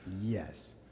Yes